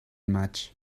maig